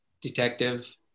detective